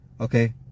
okay